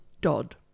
Dodd